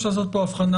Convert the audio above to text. מבקש לעושות פה הבחנה,